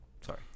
sorry